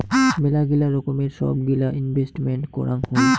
মেলাগিলা রকমের সব গিলা ইনভেস্টেন্ট করাং হই